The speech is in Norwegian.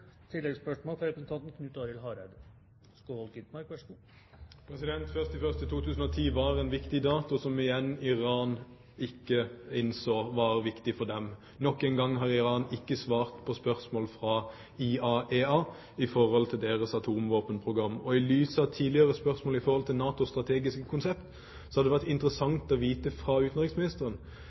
2010 var en viktig dato som Iran ikke innså var viktig for dem. Nok en gang har Iran ikke svart på spørsmål fra IAEA om sitt atomvåpenprogram. I lys av tidligere spørsmål om NATOs strategiske konsept hadde det vært interessant å få vite fra utenriksministeren